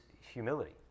humility